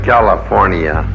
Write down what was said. California